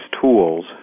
tools